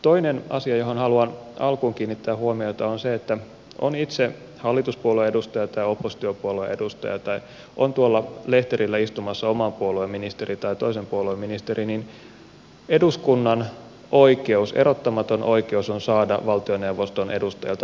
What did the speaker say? toinen asia johon haluan alkuun kiinnittää huomiota on se että olipa itse hallituspuolueen edustaja tai oppositiopuolueen edustaja tai on tuolla lehterillä istumassa oman puolueen ministeri tai toisen puolueen ministeri niin eduskunnan oikeus erottamaton oikeus on saada valtioneuvoston edustajilta vastauksia kysymyksiinsä